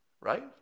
Right